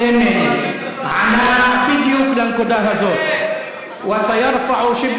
סמל מתי תהיה חבר